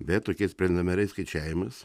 bet tokiais preliminariais skaičiavimais